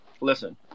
Listen